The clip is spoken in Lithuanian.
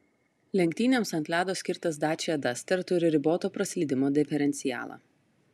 lenktynėms ant ledo skirtas dacia duster turi riboto praslydimo diferencialą